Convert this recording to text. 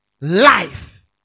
life